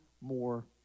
more